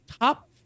top